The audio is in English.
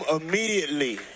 immediately